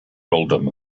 earldom